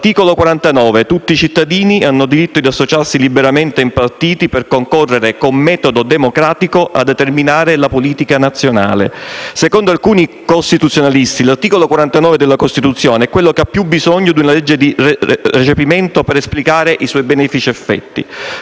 l'articolo 49 «Tutti i cittadini hanno diritto di associarsi liberamente in partiti per concorrere con metodo democratico a determinare la politica nazionale». Secondo alcuni costituzionalisti, l'articolo 49 della Costituzione è quello che ha più bisogno di una legge di recepimento per esplicare i suoi benefici effetti.